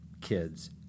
kids